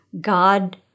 God